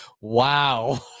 Wow